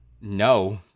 No